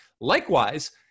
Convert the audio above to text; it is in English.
Likewise